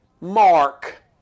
Mark